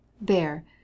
There